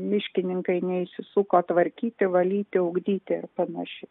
miškininkai neįsisuko tvarkyti valyti ugdyti ir panašiai